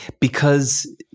Because-